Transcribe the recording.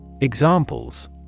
Examples